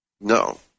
No